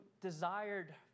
desired